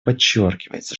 подчеркивается